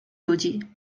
ludzi